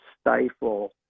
stifle